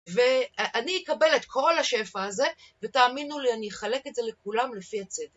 ואני אקבל את כל השפע הזה, ותאמינו לי, אני אחלק את זה לכולם לפי הצדק.